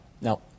No